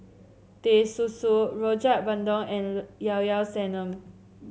Teh Susu Rojak Bandung and Llao Llao Sanum